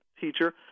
teacher